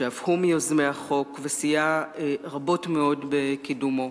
שאף הוא מיוזמי החוק, וסייע רבות מאוד בקידומו.